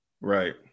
Right